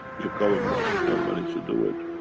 your government has not managed to do it,